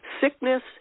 sickness